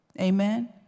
Amen